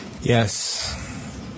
Yes